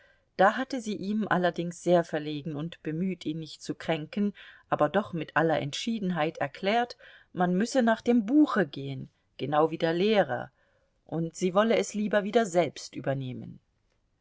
da hatte sie ihm allerdings sehr verlegen und bemüht ihn nicht zu kränken aber doch mit aller entschiedenheit erklärt man müsse nach dem buche gehen genau wie der lehrer und sie wolle es lieber wieder selbst übernehmen